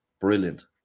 brilliant